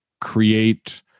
create